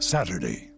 Saturday